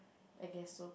I guess so